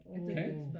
Okay